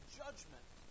judgment